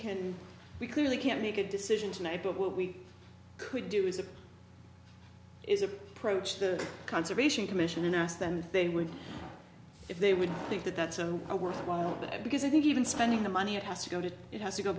can we clearly can't make a decision tonight but what we could do is is approached the conservation commission and asked them if they would if they would think that that's so a worthwhile because i think even spending the money it has to go to it has to go